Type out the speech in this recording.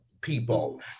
people